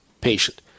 patient